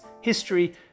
history